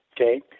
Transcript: okay